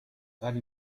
ولی